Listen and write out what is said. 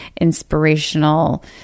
inspirational